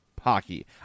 hockey